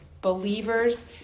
believers